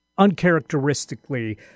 uncharacteristically